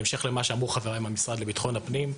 בהמשך למה שאמרו חבריי מהמשרד לביטחון הפנים,